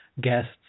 guests